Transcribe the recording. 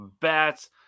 bats